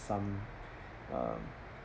some um